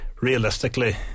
realistically